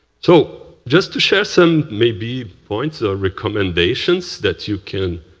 so just to share some maybe points or recommendations that you can